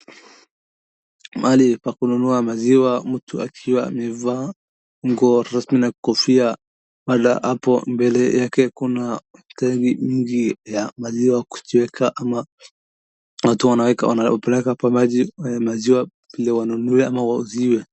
Mahali pa kununua maziwa, mtu akiwa amevaa nguo rasmi na kofia. Pale hapo mbele yake kuna tenki mingi ya maziwa kujiweka ama watu wanaweka, wanapeleka pa maji ya maziwa vile wanunuliwe ama wauziwe.